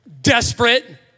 Desperate